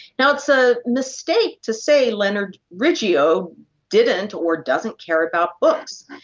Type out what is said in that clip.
now, it's a mistake to say leonard riggio didn't or doesn't care about books.